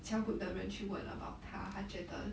cell group 的人去问 about 他他觉得